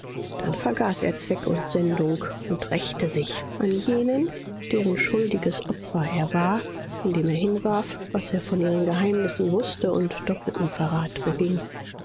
dann vergaß er zweck und sendung und rächte sich an jenen deren schuldiges opfer er war indem er hinwarf was er von ihren geheimnissen wußte und doppelten verrat beging